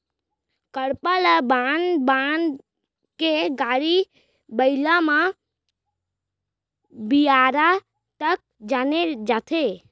करपा ल बांध बांध के गाड़ी बइला म बियारा तक लाने जाथे